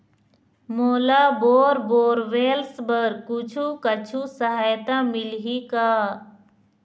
मोला bore borewells बर कुछू कछु सहायता मिलही का?